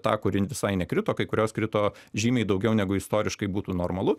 tą kuri visai nekrito kai kurios krito žymiai daugiau negu istoriškai būtų normalu